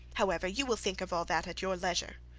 however, you will think of all that at your leisure.